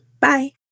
bye